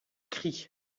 cris